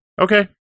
Okay